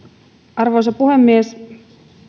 arvoisa puhemies